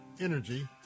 energy